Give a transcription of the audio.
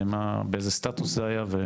באיזה סטטוס זה היה?